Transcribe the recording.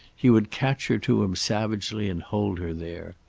he would catch her to him savagely and hold her there.